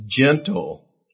gentle